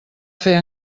fer